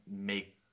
make